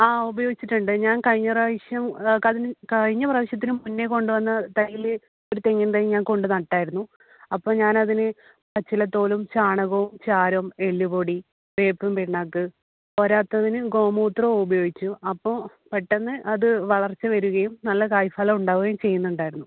ആ ഉപയോഗിച്ചിട്ടുണ്ട് ഞാൻ കഴിഞ്ഞ പ്രാവശ്യം കഴിഞ്ഞ പ്രാവശ്യത്തിന് മുന്നേ കൊണ്ട് വന്ന തൈയ്യില് ഒരു തെങ്ങിൻ തൈ ഞാൻ കൊണ്ട് നട്ടായിരുന്നു അപ്പോൾ ഞാനതിന് പച്ചില തോലും ചാണകവും ചാരം എല്ലുപൊടി വേപ്പിൻ പിണ്ണാക്ക് പോരാത്തതിന് ഗോമൂത്രവും ഉപയോഗിച്ചു അപ്പോൾ പെട്ടന്ന് അത് വളർച്ച വരികയും നല്ല കായ് ഫലം ഉണ്ടാവുകയും ചെയ്യുന്നുണ്ടായിരുന്നു